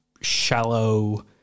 shallow